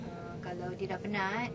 uh kalau dia dah penat